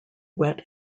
wet